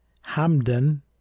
Hamden